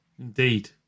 Indeed